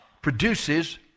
produces